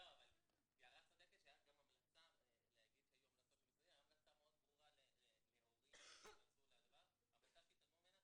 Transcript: הייתה גם המלצה מאוד ברורה שהורים ייכנסו לזה אבל התעלמו ממנה.